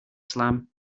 slam